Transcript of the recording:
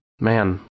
Man